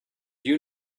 you